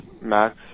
Max